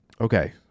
okay